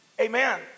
amen